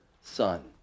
Son